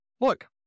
look